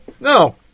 No